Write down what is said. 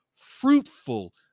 fruitful